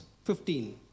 Fifteen